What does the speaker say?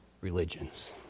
religions